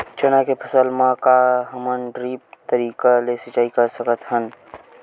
चना के फसल म का हमन ड्रिप तरीका ले सिचाई कर सकत हन?